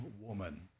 woman